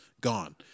gone